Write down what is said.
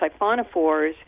siphonophores